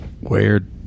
weird